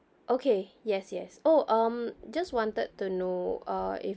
okay yes yes oh um just wanted to know uh if